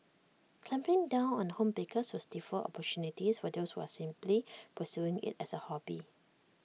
clamping down on home bakers would stifle opportunities for those who are simply pursuing IT as A hobby